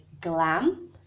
glam